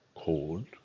cold